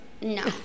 No